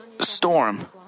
storm